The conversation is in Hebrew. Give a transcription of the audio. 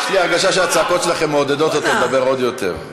יש לי הרגשה שהצעקות שלכם מעודדות אותו לדבר עוד יותר.